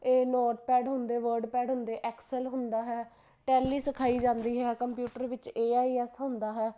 ਇਹ note pad ਹੁੰਦੇ word pad ਹੁੰਦੇ ਐਕਸਲ ਹੁੰਦਾ ਹੈ ਟੈਲੀ ਸਿਖਾਈ ਜਾਂਦੀ ਹੈ ਕੰਪਿਊਟਰ ਵਿੱਚ ਏਆਈਐਸ ਹੁੰਦਾ ਹੈ